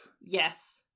Yes